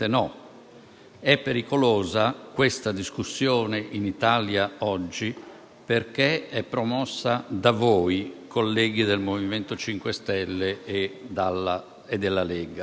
È pericolosa questa discussione in Italia oggi perché è promossa da voi colleghi del MoVimento 5 Stelle e della Lega.